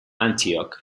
antioch